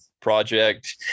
project